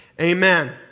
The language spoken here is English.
Amen